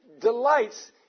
delights